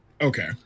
Okay